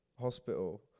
hospital